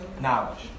Knowledge